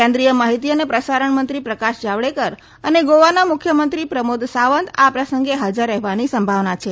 કેન્દ્રીય માહિતી અને પ્રસારણમંત્રી પ્રકાશ જાવડેકર અને ગોવાના મુખ્યમંત્રી પ્રમોફ સાવંત આ પ્રસંગે હાજર રહેવાની સંભાવના છે